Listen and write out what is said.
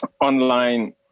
online